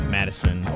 Madison